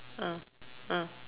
ah ah